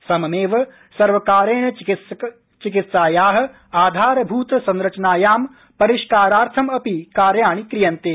सममेव सर्वकारेण चिकित्साया आधारभृत संरचनायां पीरष्कारार्थमपि कार्याणि क्रियन्ते